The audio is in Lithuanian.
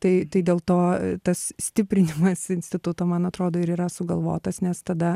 tai tai dėl to tas stiprinimas instituto man atrodo ir yra sugalvotas nes tada